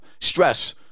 Stress